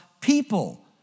people